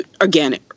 again